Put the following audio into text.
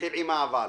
תתחיל עם "אבל".